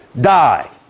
die